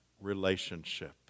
relationship